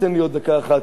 תן לי עוד דקה אחת,